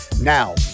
Now